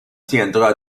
tiendra